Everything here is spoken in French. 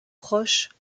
proche